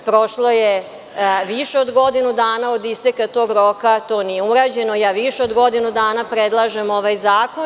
Prošlo je više od godinu dana od isteka tog roka, to nije urađeno, ja više od godinu dana predlažem ovaj zakon.